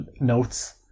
notes